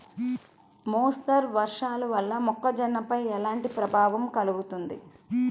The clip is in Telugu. మోస్తరు వర్షాలు వల్ల మొక్కజొన్నపై ఎలాంటి ప్రభావం కలుగుతుంది?